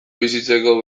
bizitzeko